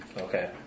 okay